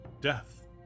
Death